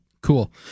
Cool